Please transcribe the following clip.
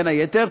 בין היתר,